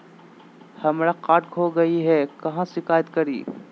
हमरा कार्ड खो गई है, कहाँ शिकायत करी?